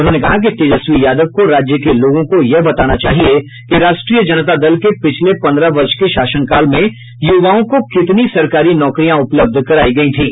उन्होंने कहा कि तेजस्वी यादव को राज्य के लोगों को यह बताना चाहिए कि राष्ट्रीय जनता दल के पिछले पन्द्रह वर्ष के शासनकाल में युवाओं को कितनी सरकारी नौकरियां उपलब्ध कराई गईं